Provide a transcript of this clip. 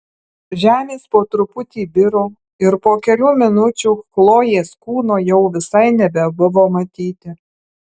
žemės po truputį biro ir po kelių minučių chlojės kūno jau visai nebebuvo matyti